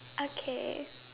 okay